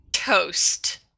Toast